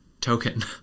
token